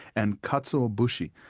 and katsuobushi,